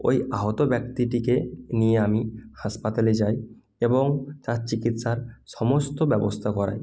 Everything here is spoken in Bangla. ওই আহত ব্যক্তিটিকে নিয়ে আমি হাসপাতালে যাই এবং তার চিকিৎসার সমস্ত ব্যবস্থা করাই